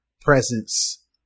presence